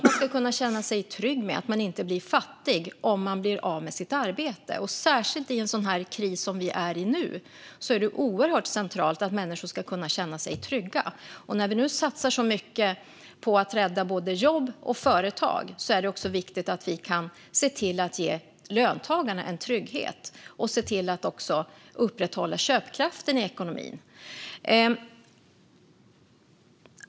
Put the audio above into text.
Man ska kunna känna sig trygg med att man inte blir fattig om man blir av med sitt arbete. Särskilt i en sådan kris som vi nu är i är det oerhört centralt att människor ska kunna känna sig trygga. När vi nu satsar så mycket på att rädda jobb och företag är det också viktigt att se till att ge löntagarna en trygghet och även att upprätthålla köpkraften i ekonomin.